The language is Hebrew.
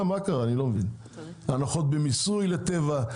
הנחות במיסוי לטבע.